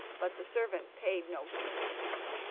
but the servant paid no heed to him,